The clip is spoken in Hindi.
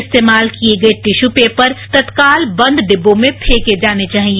इस्तेमाल किये गये टिश्यू पेपर तत्काल बंद डिब्बों में फेंके जाने चाहिए